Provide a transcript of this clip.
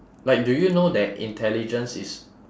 like do you know that intelligence is